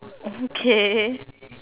okay